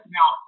Now